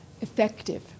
Effective